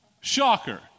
Shocker